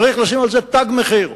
צריך לשים על זה תג מחיר.